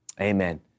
Amen